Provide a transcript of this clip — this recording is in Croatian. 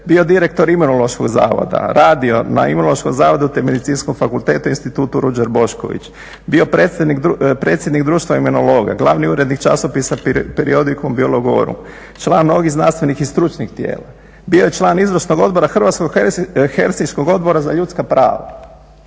Bio direktor Imunološkog zavoda. Radio na imunološkom zavodu te medicinskom fakultetu Institutu Ruđer Bošković. Bio predsjednik društva imunologa. Glavni urednik časopisa Periodicum Biologorum. Član mnogih znanstvenih i stručnih tijela. Bio je član izvršnog odbora Hrvatskog helsinškog odbora za ljudska prava,